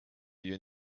you